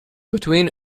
between